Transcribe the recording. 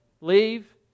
Leave